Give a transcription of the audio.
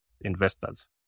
investors